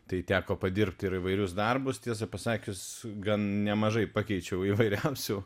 tai teko padirbt ir įvairius darbus tiesą pasakius gan nemažai pakeičiau įvairiausių